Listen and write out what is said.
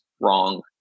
wrong